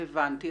הבנתי.